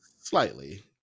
Slightly